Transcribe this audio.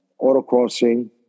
autocrossing